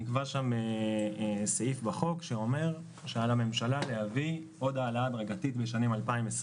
בחוק נקבע סעיף שאומר שעל הממשלה להביא עוד העלאה הדרגתית בשנים 2020